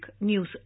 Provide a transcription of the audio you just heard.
news